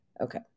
Okay